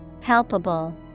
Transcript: Palpable